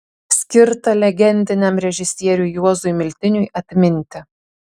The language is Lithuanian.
skirta legendiniam režisieriui juozui miltiniui atminti